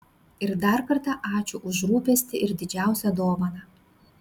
ir dar kartą ačiū už rūpestį ir didžiausią dovaną